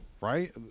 right